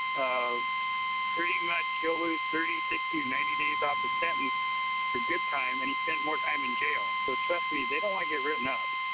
um pretty much he'll lose thirty, sixty, ninety days off his sentence for good time and he spends more time in jail. so, trust me. they don't want to get written up.